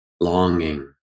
longing